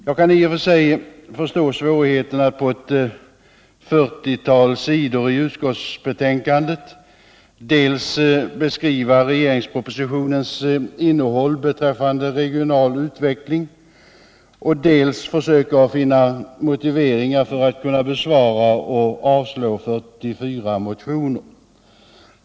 Jag kan i och för sig förstå svårigheterna att på ett 40-tal sidor i utskottsbetänkandet dels beskriva regeringspropositionens innehåll beträffande regional utveckling, dels finna motiveringar för att kunna besvara och avstyrka 44 motioner.